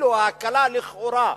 אפילו ההקלה לכאורה,